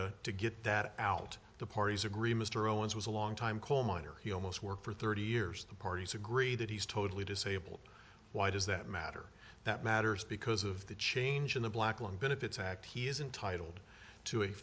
easier to get that out the parties agree mr owens was a long time coal miner he almost worked for thirty years the parties agree that he's totally disabled why does that matter that matters because of the change in the black lung benefits act he is intitled to a